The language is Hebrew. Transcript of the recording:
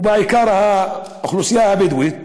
ובעיקר האוכלוסייה הבדואית,